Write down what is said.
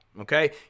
okay